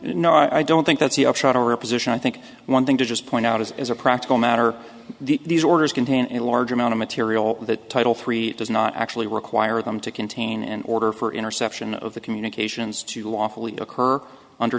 no i don't think that's the upshot of our position i think one thing to just point out is as a practical matter these orders contain a large amount of material that title three does not actually require them to contain in order for interception of the communications to lawfully occur under